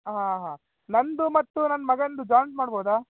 ಹಾಂ ಹಾಂ ನನ್ನದು ಮತ್ತು ನನ್ನ ಮಗನದು ಜಾಯಿಂಟ್ ಮಾಡ್ಬೌದಾ